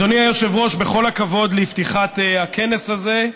אדוני היושב-ראש, בכל הכבוד לפתיחת הכנס הזה,